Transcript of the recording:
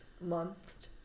month